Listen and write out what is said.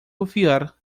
confiar